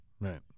Right